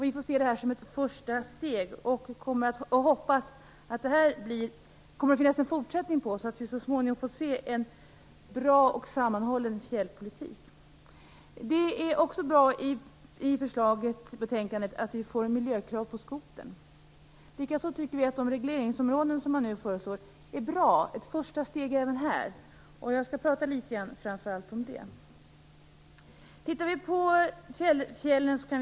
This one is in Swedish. Vi får se det här som ett första steg, och vi hoppas att det kommer att finnas en fortsättning på detta, så att vi så småningom får se en bra och sammanhållen fjällpolitik. Det är också bra i betänkandet att vi får miljökrav på skoter. Likaså tycker vi att de regleringsområden som man nu föreslår är bra. Det är även här ett första steg. Jag skall prata om framför allt det.